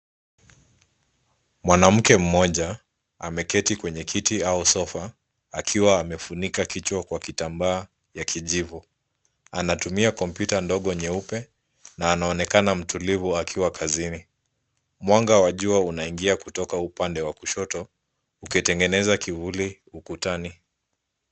Mwanamke mmoja ameketi kwenye kiti au sofa akiwa amefunika kichwa kwa kitambaa ya kijivu. Anatumia kompyuta ndogo nyeupe na anaonekana mtulivu akiwa kazini. Mwanga wa jua unaingia kutoka upande wa kushoto ukitegeneza kivuli ukutani.